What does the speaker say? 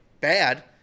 bad